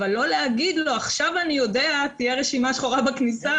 אבל לא להגיד לו: עכשיו, תהיה רשימה שחורה בכניסה.